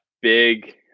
big